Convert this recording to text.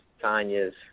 Tanya's